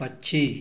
पक्षी